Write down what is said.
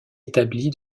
établie